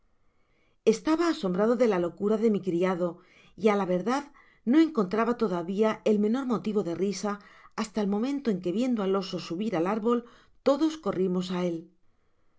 estaba asombrado de la locura de mi criado y á la verdad no encontraba todavía el menor motivo de risa hasta el momento en que viendo al oso subir al árbol todos corrimos á el